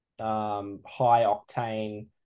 high-octane